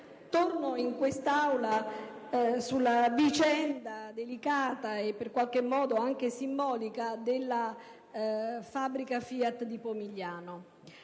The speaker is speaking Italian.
torno in quest'Aula sulla vicenda, delicata, e in qualche modo anche simbolica, della fabbrica FIAT di Pomigliano